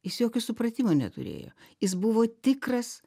jis jokio supratimo neturėjo jis buvo tikras